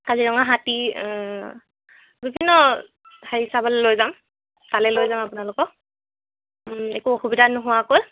কাজিৰঙা হাতী বিভিন্ন সেই চাবলে লৈ যাম তালে লৈ যাম আপোনালোকক একো অসুবিধা নোহোৱাকৈ